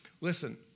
Listen